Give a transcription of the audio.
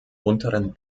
unteren